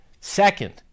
second